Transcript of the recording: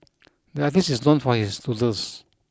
the artist is known for his doodles